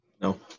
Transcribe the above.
No